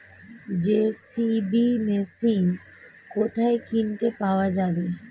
JCB machine কোথায় কিনতে পাওয়া যাবে?